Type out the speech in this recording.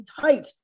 tight